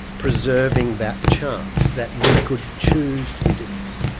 preserving that chance that we could choose to be different.